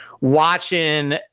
watching